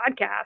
podcast